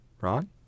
Ron